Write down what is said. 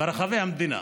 ברחבי המדינה.